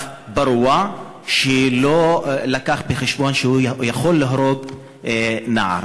פרוע שלא הביא בחשבון שהוא יכול להרוג נער.